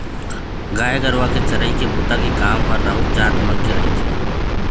गाय गरुवा के चरई के बूता के काम ह राउत जात मन के रहिथे